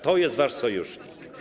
To jest wasz sojusznik.